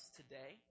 today